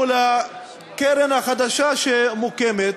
מול הקרן החדשה שמוקמת,